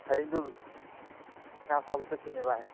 ꯍꯌꯦꯡꯗꯨ ꯉꯥ ꯐꯥꯕ ꯆꯠꯁꯤꯅꯦ ꯚꯥꯥꯏ